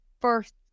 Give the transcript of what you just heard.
first